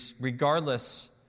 regardless